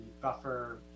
buffer